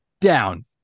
down